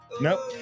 Nope